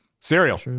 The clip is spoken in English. Cereal